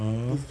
mmhmm